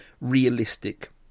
realistic